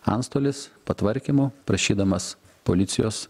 antstolis patvarkymu prašydamas policijos